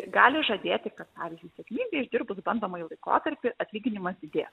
gali žadėti kad pavyzdžiui sėkmingai išdirbus bandomąjį laikotarpį atlyginimas didės